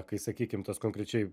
kai sakykim tas konkrečiai